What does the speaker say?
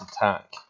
attack